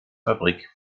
fabrik